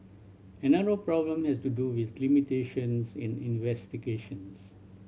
another problem has to do with limitations in investigations